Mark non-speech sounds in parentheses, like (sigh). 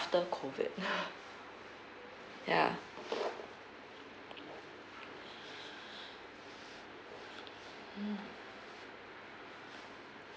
after COVID (noise) ya mm